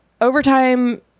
overtime